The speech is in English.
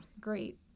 great